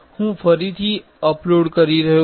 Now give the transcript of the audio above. હું ફરીથી અપલોડ કરી રહ્યો છું